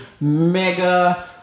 Mega